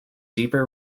deeper